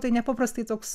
tai nepaprastai toks